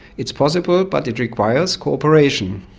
it's possible but it requires cooperation.